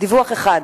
דיווח אחד.